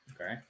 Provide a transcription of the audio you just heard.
okay